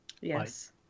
Yes